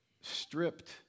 stripped